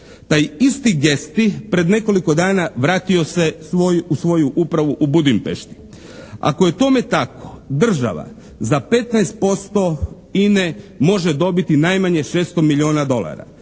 Taj isti Gesti pred nekoliko dana vratio se u svoju upravu u Budimpešti. Ako je tome tako, država za 15% INA-e može dobiti najmanje 600 milijuna dolara